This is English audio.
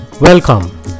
Welcome